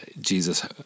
Jesus